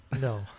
No